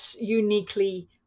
uniquely